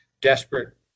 desperate